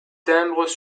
timbres